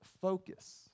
focus